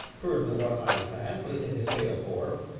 purred the one-eyed man, blinking his pale orb.